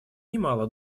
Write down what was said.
немало